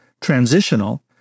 transitional